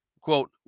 Quote